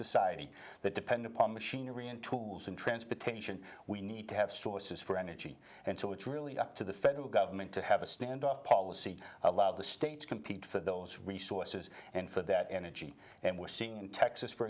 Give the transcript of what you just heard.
society that depend upon machinery and tools and transportation we need to have sources for energy and so it's really up to the federal government to have a standoff policy allow the states compete for those resources and for that energy and we're seeing in texas for